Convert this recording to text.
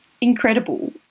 incredible